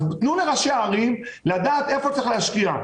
אז תנו לראשי הערים, הם יודעים איפה צריך להשקיע.